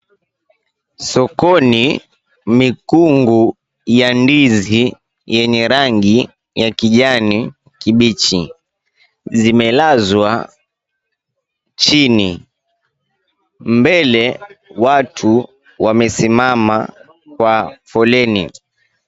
Sokoni mikungu ya ndizi yenye rangi ya kijani kibichi zimelazwa chini. Mbele watu wamesimama kwa foleni.